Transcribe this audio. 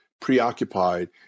preoccupied